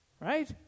Right